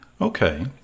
Okay